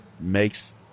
makes